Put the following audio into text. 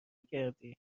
کردی